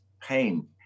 pain